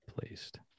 placed